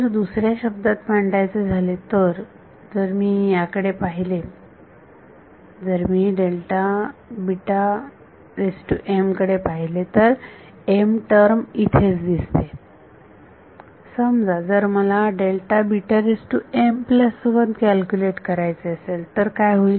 जर दुसऱ्या शब्दात मांडायचे झाले तर जर मी याकडे पाहिले जर मी कडे पाहिले तर m टर्म इथेच दिसते समजा जर मला कॅल्क्युलेट करायचे असेल तर काय होईल